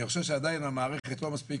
אני חושב שעדיין המערכת לא מספיק